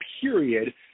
period